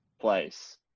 place